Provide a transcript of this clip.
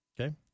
Okay